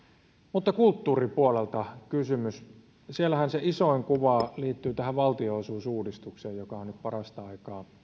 mutta kulttuuripuolelta kysymys siellähän se isoin kuva liittyy valtionosuusuudistukseen joka on nyt parasta aikaa